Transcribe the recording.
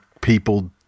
people